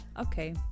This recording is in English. Okay